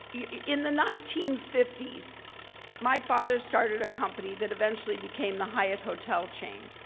yeah in the nineteen fifty s my father started a company that eventually became the hyatt hotel chain.